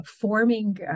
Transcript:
forming